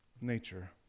nature